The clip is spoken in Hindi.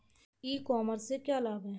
ई कॉमर्स से क्या क्या लाभ हैं?